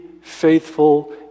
faithful